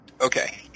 Okay